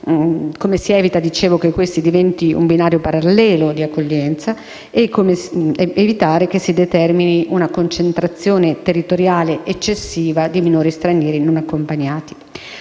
come si evita che questo diventi un binario parallelo di accoglienza e che si determini una concentrazione territoriale eccessiva di minori stranieri non accompagnati?